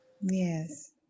Yes